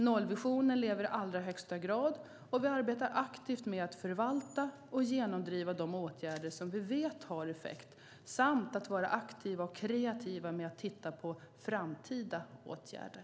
Nollvisionen lever i allra högsta grad, och vi arbetar aktivt med att förvalta och genomdriva de åtgärder som vi vet har effekt samt att vara aktiva och kreativa med att titta på framtida åtgärder.